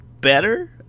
better